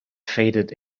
faded